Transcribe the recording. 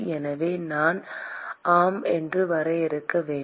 எனவே நான் ஆம் என்று வரையறுக்க வேண்டும்